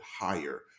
higher